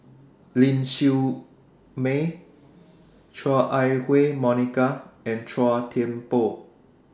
Ling Siew May Chua Ah Huwa Monica and Chua Thian Poh